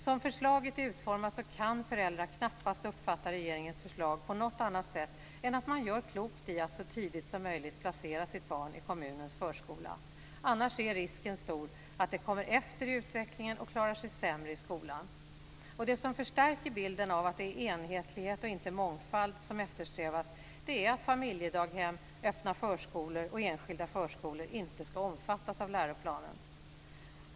Som förslaget är utformat kan föräldrar knappast uppfatta regeringens förslag på något annat sätt än att man gör klokt i att så tidigt som möjligt placera sitt barn i kommunens förskola. Annars är risken stor att det kommer efter i utvecklingen och klarar sig sämre i skolan. Det som förstärker bilden av att det är enhetlighet och inte mångfald som eftersträvas är att familjedaghem, öppna förskolor och enskilda förskolor inte skall omfattas av läroplanen.